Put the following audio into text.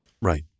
Right